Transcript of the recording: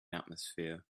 atmosphere